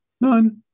none